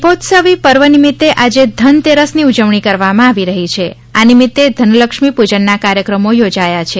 દીપોત્સવી પર્વ નિમિત્તે આજે ધનતેરસની ઉજવણી કરવામાં આવી રહી છે આ નિમિત્તે ધનલક્ષ્મી પૂજનના કાર્યક્રમો યોજાયા છે